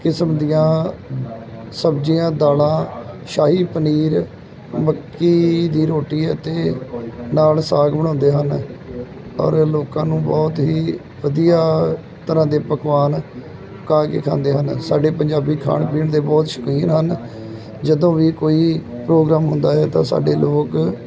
ਕਿਸਮ ਦੀਆਂ ਸਬਜ਼ੀਆਂ ਦਾਲਾਂ ਸ਼ਾਹੀ ਪਨੀਰ ਮੱਕੀ ਦੀ ਰੋਟੀ ਅਤੇ ਨਾਲ ਸਾਗ ਬਣਾਉਂਦੇ ਹਨ ਔਰ ਲੋਕਾਂ ਨੂੰ ਬਹੁਤ ਹੀ ਵਧੀਆ ਤਰ੍ਹਾਂ ਦੇ ਪਕਵਾਨ ਖਾਂਦੇ ਹਨ ਸਾਡੇ ਪੰਜਾਬੀ ਖਾਣ ਪੀਣ ਦੇ ਬਹੁਤ ਸ਼ੌਕੀਨ ਹਨ ਜਦੋਂ ਵੀ ਕੋਈ ਪ੍ਰੋਗਰਾਮ ਹੁੰਦਾ ਹੈ ਤਾਂ ਸਾਡੇ ਲੋਕ